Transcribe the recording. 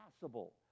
possible